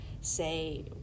say